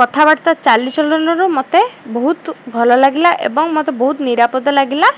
କଥାବାର୍ତ୍ତା ଚାଲି ଚଳନରୁ ମୋତେ ବହୁତ ଭଲ ଲାଗିଲା ଏବଂ ମୋତେ ବହୁତ ନିରାପଦ ଲାଗିଲା